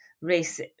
race